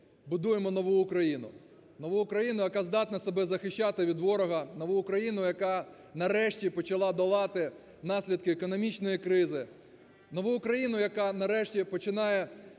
будуємо нову Україну. Нову Україну, яка здатна себе захищати від ворога. Нову Україну, яка нарешті почала долати наслідки економічної кризи. Нову Україну, яка нарешті починає